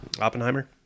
Oppenheimer